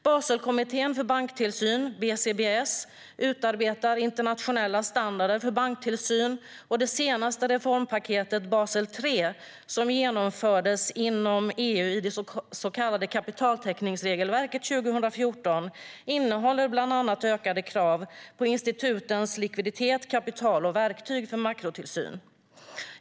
Baselkommittén för banktillsyn, BCBS, utarbetar internationella standarder för banktillsyn, och det senaste reformpaketet - Basel III - som genomfördes inom EU i det så kallade kapitaltäckningsregelverket 2014 innehåller bland annat ökade krav på institutens likviditet, kapital och verktyg för makrotillsyn.